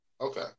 Okay